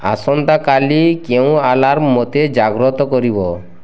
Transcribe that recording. ଆସନ୍ତାକାଲି କେଉଁ ଆଲାର୍ମ ମୋତେ ଜାଗ୍ରତ କରିବ